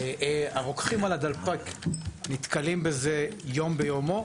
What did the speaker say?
הרוקחים על הדלפק נתקלים בזה יום ביומו.